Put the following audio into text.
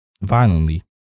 violently